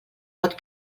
pot